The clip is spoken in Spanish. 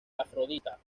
afrodita